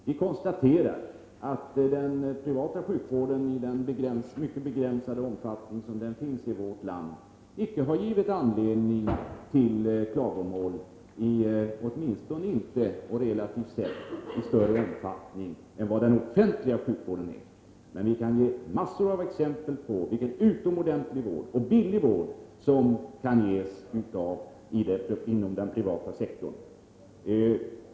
Vi konstaterar att den mycket begränsade privata sjukvården i vårt land icke har givit anledning till klagomål, åtminstone inte — relativt sett —-i någon större omfattning jämfört med den offentliga sjukvården. Det finns en mängd exempel att anföra när det gäller den utomordentliga och billiga vård som kan ges inom den privata sektorn.